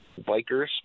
bikers